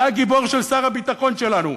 זה הגיבור של שר הביטחון שלנו,